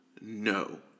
No